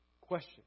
Question